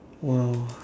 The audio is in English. !wow!